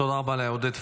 תודה רבה לעודד פורר.